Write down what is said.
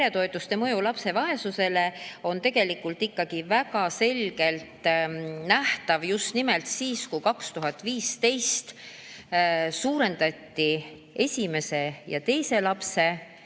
peretoetuste mõju lapse vaesusele oli tegelikult ikkagi väga selgelt nähtav just nimelt siis, kui 2015 suurendati esimese ja teise lapse